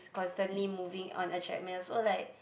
constantly moving on a treadmill so like